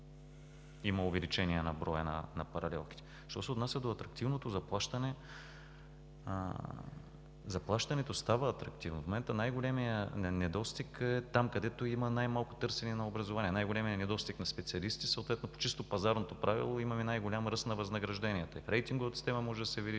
има увеличение на броя на паралелките. Що се отнася до атрактивното заплащане, заплащането става атрактивно. В момента най-големият недостиг е там, където има най-малко търсене на образование. При най-големия недостиг на специалисти, съответно по чисто пазарното правило, имаме най-голям ръст на възнагражденията. В рейтинговата система може да се види,